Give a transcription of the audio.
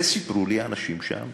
וסיפרו לי האנשים שם